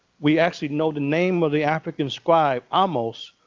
we actually know the name of the african scribe, ahmose,